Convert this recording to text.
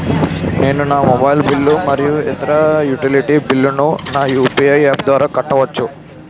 నేను నా మొబైల్ బిల్లులు మరియు ఇతర యుటిలిటీ బిల్లులను నా యు.పి.ఐ యాప్ ద్వారా కట్టవచ్చు